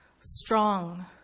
strong